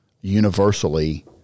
universally